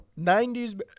90s